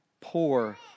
poor